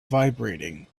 vibrating